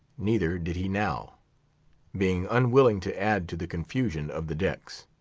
neither did he now being unwilling to add to the confusion of the decks.